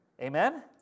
Amen